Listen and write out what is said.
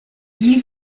you